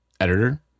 editor